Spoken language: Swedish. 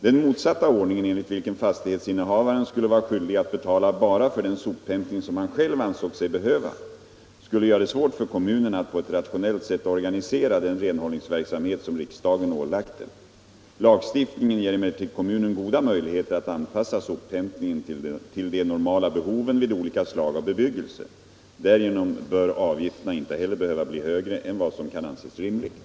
Den motsatta ordningen, enligt vilken fastighetsinnehavaren skulle vara skyldig att betala bara för den sophämtning som han själv ansåg sig behöva, skulle göra det svårt för kommunerna att på ett rationellt sätt organisera den renhållningsverksamhet som riksdagen ålagt dem. Lagstiftningen ger emellertid kommunen goda möjligheter att anpassa sophämtningen till de normala behoven vid olika slag av bebyggelse. Därigenom bör avgifterna inte heller behöva bli högre än vad som kan anses rimligt.